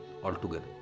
altogether